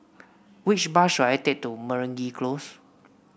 which bus should I take to Meragi Close